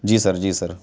جی sir جی سر